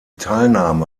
teilnahme